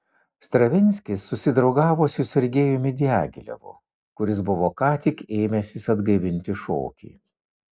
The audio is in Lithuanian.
stravinskis susidraugavo su sergejumi diagilevu kuris buvo ką tik ėmęsis atgaivinti šokį